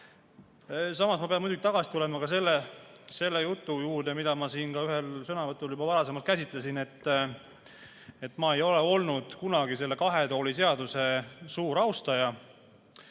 Samas ma pean tagasi tulema selle jutu juurde, mida ma siin ka ühes sõnavõtus juba varasemalt käsitlesin. Ma ei ole olnud kunagi selle kahe tooli seaduse suur austaja,